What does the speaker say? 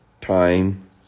time